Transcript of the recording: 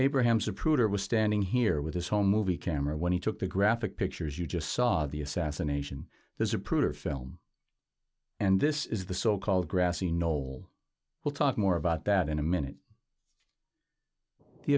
abraham zapruder was standing here with his whole movie camera when he took the graphic pictures you just saw the assassination there's uprooted film and this is the so called grassy knoll we'll talk more about that in a minute the